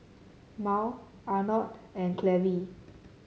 Mal Arnold and Cleve